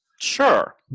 Sure